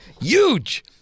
Huge